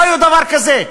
לא היה דבר כזה,